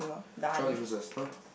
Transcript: twelve differences no